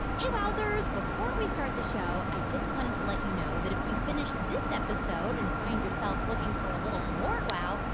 hey, wowzers. before we start the show, i just wanted to let you know that if you finish this episode and find yourself looking for a little more wow,